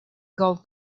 gold